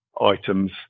items